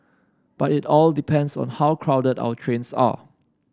but it all depends on how crowded our trains are